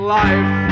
life